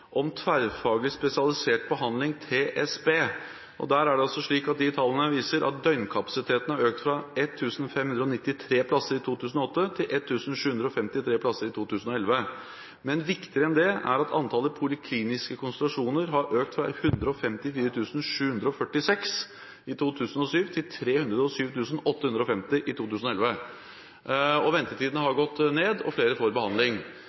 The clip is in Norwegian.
om tverrfaglig spesialisert behandling for rusmiddelbruk, TSB. Tallene derfra viser altså at døgnkapasiteten har økt fra 1 593 plasser i 2008 til 1 753 plasser i 2011. Men viktigere enn dette er at antallet polikliniske konsultasjoner har økt fra 154 746 i 2007 til 307 850 i 2011, og ventetiden har gått ned, og flere får behandling.